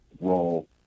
role